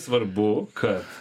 svarbu kad